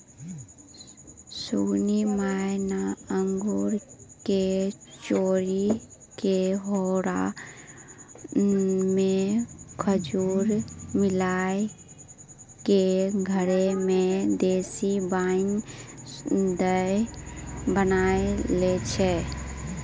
सुगनी माय न अंगूर कॅ चूरी कॅ होकरा मॅ खमीर मिलाय क घरै मॅ देशी वाइन दारू बनाय लै छै